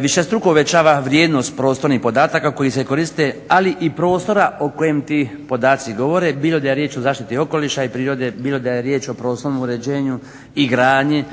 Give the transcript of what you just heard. višestruko uvećava vrijednost prostornih podataka koji se koriste ali i prostora o kojem ti podaci govore, bilo da je riječ o zaštiti okoliša i prirode, bilo da je riječ o prostornom uređenju i gradnji,